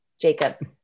Jacob